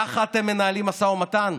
ככה אתם מנהלים משא ומתן?